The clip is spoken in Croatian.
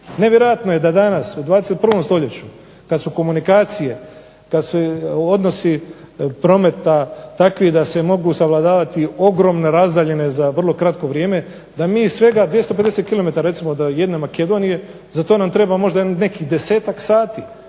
Nevjerojatno je da danas u 21. stoljeću kad su komunikacije, kad se odnosi prometa takvi da se mogu savladavati ogromne razdaljine za vrlo kratko vrijeme, da mi svega 250 kilometara recimo od jedne Makedonije, za to nam treba možda nekih desetak sati